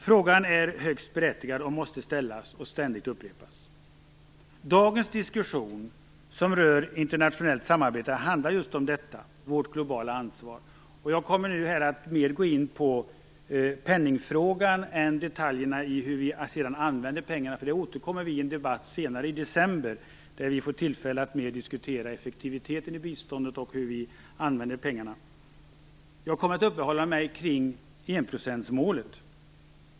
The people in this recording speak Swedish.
Frågan är högst berättigad och måste ställas och ständigt upprepas. Dagens diskussion om internationellt samarbete handlar just om detta - vårt globala ansvar. Jag kommer nu mera att gå in på penningfrågan än på detaljerna i hur vi sedan använder pengarna. Vi återkommer till det i en debatt i december, då vi får tillfälle att mer diskutera effektiviteten i biståndet och hur vi använder pengarna. Jag kommer att uppehålla mig kring enprocentsmålet.